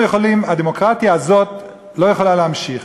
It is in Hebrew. הדמוקרטיה הזאת לא יכולה להמשיך.